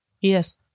Yes